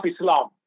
Islam